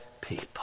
people